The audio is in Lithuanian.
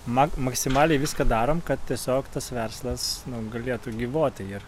ma maksimaliai viską darom kad tiesiog tas verslas galėtų gyvuoti ir